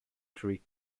trick